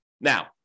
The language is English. Now